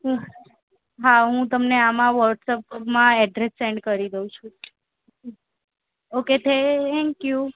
હું હા હું તમને વોટસપ માં એડ્રેસ સેન્ડ કરી દઉં છું ઓકે થેન્ક યૂ